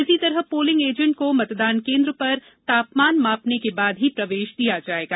इसी तरह polling agent को मतदान केन्द्र पर तापमान मापने के बाद ही प्रवेश दिया जाएगा